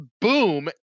boom